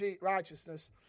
righteousness